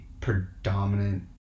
predominant